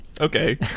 okay